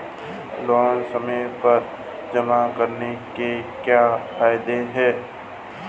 Loan समय पर जमा कराने के क्या फायदे हैं?